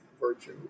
virtue